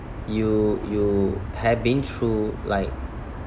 you you have been through like